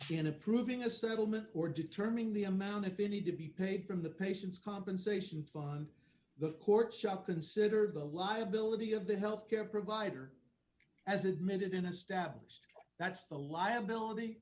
approving a settlement or determine the amount if any to be paid from the patient's compensation fund the court struck considered the liability of the health care provider as admitted in established that's the liability